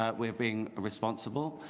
ah we're being responsible,